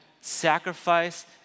Sacrifice